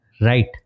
right